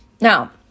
now